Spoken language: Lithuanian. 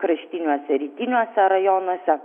kraštiniuose rytiniuose rajonuose